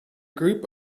group